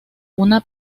una